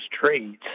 trades